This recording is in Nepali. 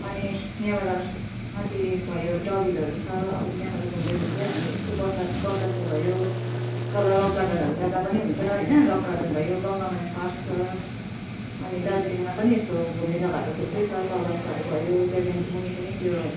अनि यहाँबाट माथि भयो डउहिलहरू छ यहाँबाट घुम्दै घुम्दै हामी यसो बतासे भयो तल रक गार्डनहरू जाँदा पनि हुन्छ होइन रक गार्डन भयो गङ्गामाया पार्क छ अनि दार्जिलिङमा पनि यस्तो घुम्ने जग्गाहरू त थुप्रै छ चौरस्ताहरू भयो त्यहाँदेखिको मुनि त्यो